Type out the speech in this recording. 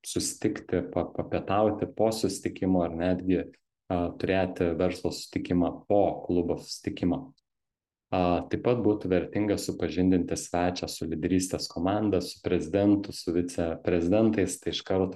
susitikti papietauti po susitikimo ar netgi a turėti verslo susitikimą po klubo susitikimo a taip pat būtų vertinga supažindinti svečią su lyderystės komanda su prezidentu su viceprezidentais tai iš karto